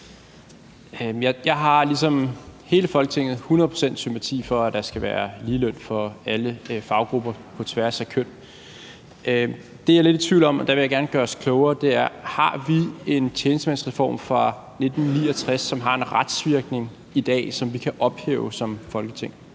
Jeg har ligesom hele Folketinget hundrede procent sympati for, at der skal være lige løn for alle faggrupper på tværs af køn. Det, jeg er lidt i tvivl om – og der vil jeg gerne gøres klogere – er, om vi har en tjenestemandsreform fra 1969, som har en retsvirkning i dag, og som vi som Folketing